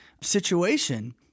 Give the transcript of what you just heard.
situation